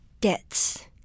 debts